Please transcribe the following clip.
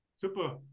Super